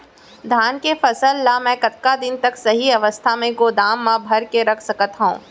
धान के फसल ला मै कतका दिन तक सही अवस्था में गोदाम मा भर के रख सकत हव?